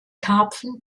karpfen